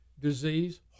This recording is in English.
disease